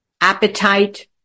appetite